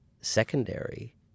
secondary